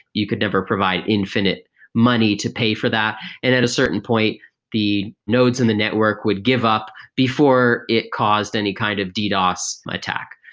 you could never provide infinite money to pay for that, and at a certain point the nodes in the network would give up before it caused any kind of ddos attack.